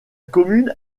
commune